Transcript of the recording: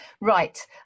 right